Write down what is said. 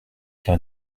car